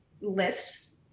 lists